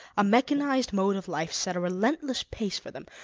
a mechanized mode of life set a relentless pace for them,